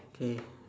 okay